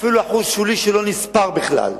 אפילו אחוז שולי שלא נספר בכלל,